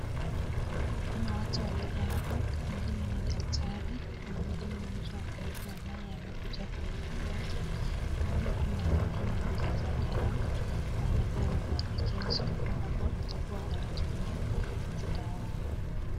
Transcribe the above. Kuna watu wawili hapa mwingine ni daktari na mwingine ni mtu ambaye amekuja kuhudumiwa. Noana kuna aina mbili za dawa na anapewa maelekezo ambapo atakuwa anatumia hizi dawa.